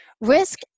Risk